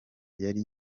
yari